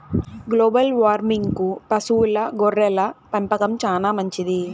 global వార్మింగ్కు పశువుల గొర్రెల పెంపకం చానా మంచిది